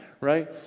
right